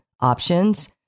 options